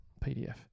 PDF